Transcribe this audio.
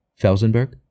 Felsenberg